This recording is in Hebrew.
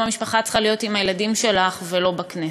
המשפחה את צריכה להיות עם הילדים שלך ולא בכנסת.